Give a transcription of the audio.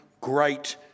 great